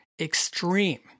extreme